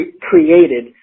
created